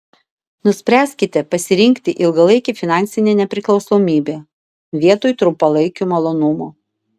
nuspręskite pasirinkti ilgalaikę finansinę nepriklausomybę vietoj trumpalaikių malonumų